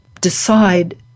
decide